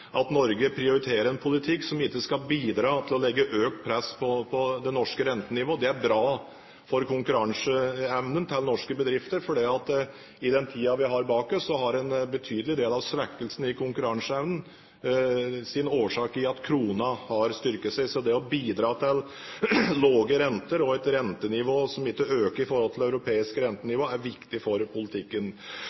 at Norge prioriterer en politikk som ikke skal bidra til å legge økt press på det norske rentenivået. Det er bra for konkurranseevnen til norske bedrifter, for i den tiden vi har bak oss, har en betydelig del av svekkelsen i konkurranseevnen sin årsak i at kronen har styrket seg. Så det å bidra til lave renter og et rentenivå som ikke øker i forhold til det europeiske rentenivået, er viktig for politikken.